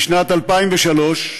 בשנת 2003,